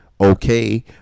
okay